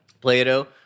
Plato